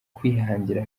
kwihangira